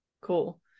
cool